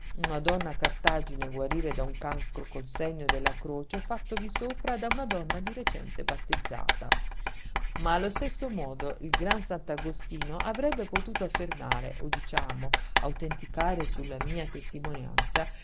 una donna a cartagine guarire d'un cancro col segno della croce fattovi sopra da una donna di recente battezzata ma allo stesso modo il gran sant'agostino avrebbe potuto affermare o diciamo autenticare su la mia testimonianza